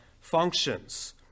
functions